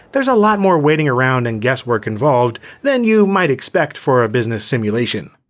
there's a lot more waiting around and guesswork involved than you might expect for a business simulation.